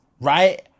right